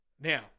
Now